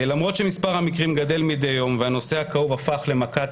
למרות שמספר המקרים גדל מדי יום והנושא הכאוב הפך למכת